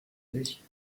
sich